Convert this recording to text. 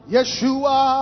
Yeshua